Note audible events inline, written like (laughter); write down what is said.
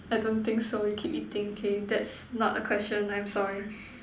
I don't think so we keep eating K that's not a question I'm sorry (breath)